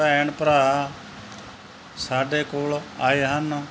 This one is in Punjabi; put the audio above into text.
ਭੈਣ ਭਰਾ ਸਾਡੇ ਕੋਲ ਆਏ ਹਨ